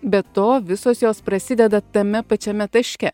be to visos jos prasideda tame pačiame taške